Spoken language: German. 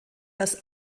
das